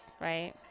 right